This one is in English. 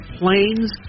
planes